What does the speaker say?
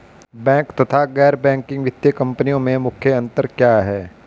Bank तथा गैर banking वित्तीय कंपनियों में मुख्य अंतर क्या है?